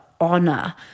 honor